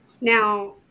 Now